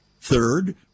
Third